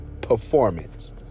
performance